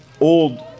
old